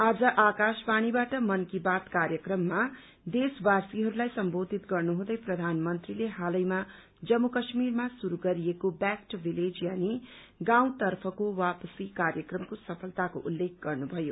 आज आकाशवाणीबाट मन की बात कार्यक्रममा देशवासीहरूलाई सम्बोधित गर्नुहुँदै प्रधानमन्त्रीले हालैमा जम्मू काश्मिरमा शुरू गरिएको ब्याक दू भिलेज यानी गाँउतर्फको वापसी कार्यक्रमको सफलताको उल्लेख गर्नुभयो